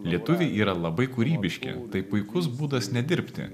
lietuviai yra labai kūrybiški tai puikus būdas nedirbti